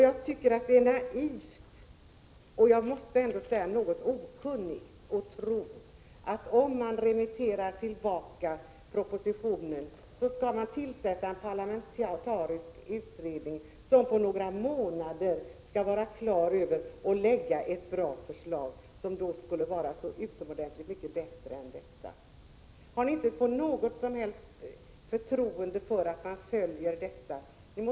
Jag tycker att det är naivt och något okunnigt att tro att om man remitterar tillbaka propositionen, så kommer en parlamentarisk utredning att tillsättas och på några månader vara klar att lägga fram ett förslag, som då skulle vara så utomordentligt mycket bättre än detta. Har ni inte något som helst förtroende för att man följer det här ärendet?